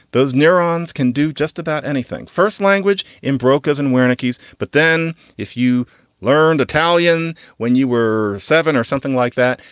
those neurons can do just about anything. first language in broca's and where niki's. but then if you learned italian when you were seven or something like that,